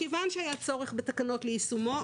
מכיוון שהיה צורך בתקנות ליישומו,